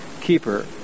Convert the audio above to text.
keeper